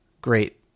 great